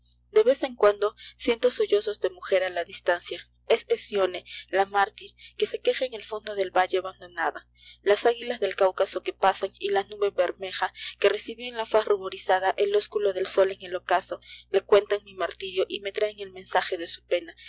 de vez en cuando siento sollozos de muger á la distancia es hesione la mártir que se queja en el fondo del valle abandonada las águilas del cáucaso que pasan y la nube bermeja que recibió en la faz ruborizada el ósculo del sol en el ocaso le cuentan mi martirio y me traen el mensaje de su pena